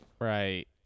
right